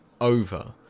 over